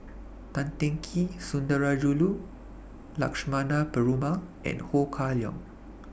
Tan Teng Kee Sundarajulu Lakshmana Perumal and Ho Kah Leong